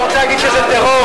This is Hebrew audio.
שלא רוצה להגיד שזה טרור.